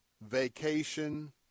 vacation